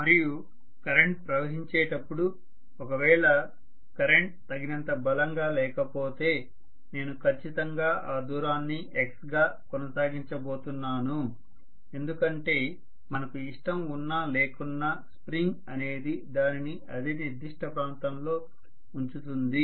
మరియు కరెంట్ ప్రవహించేటప్పుడు ఒకవేళ కరెంటు తగినంత బలంగా లేకపోతే నేను ఖచ్చితంగా ఆ దూరాన్ని x గా కొనసాగించబోతున్నాను ఎందుకంటే మనకు ఇష్టం ఉన్నా లేకున్నా స్ప్రింగ్ అనేది దానిని అదే నిర్దిష్ట ప్రాంతంలో ఉంచుతుంది